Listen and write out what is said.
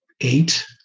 eight